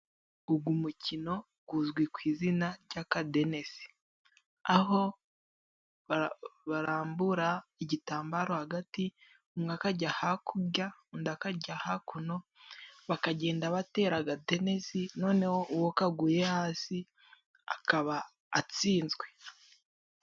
Uyu mukino uzwi ku izina ry'akadenesi. Aho barambura igitambaro hagati, umwe akajya hakurya, undi akajya hakuno, bakagenda batera akadenesi, noneho uwo kaguye hasi akaba atsinzwe.